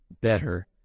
better